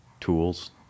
tools